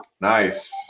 Nice